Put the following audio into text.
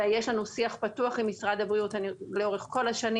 יש לנו שיח פתוח עם משרד הבריאות והוא מתקיים לאורך כל השנים.